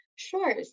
Sure